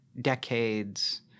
decades